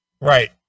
Right